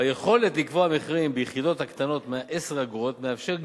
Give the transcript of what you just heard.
היכולת לקבוע מחירים ביחידות קטנות מ-10 אגורות מאפשרת